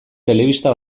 telebista